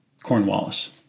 Cornwallis